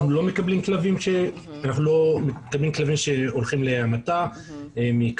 אנחנו לא מקבלים כלבים שהולכים להמתה מכלביות,